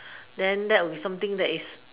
then that will be something